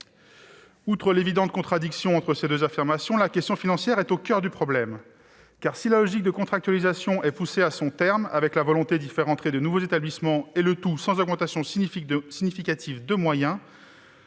Outre l'évidente contradiction entre ces deux affirmations, la question financière est au coeur du problème. En effet, si la logique de contractualisation est poussée à son terme, avec la volonté d'inclure de nouveaux établissements, le tout sans augmentation significative des moyens,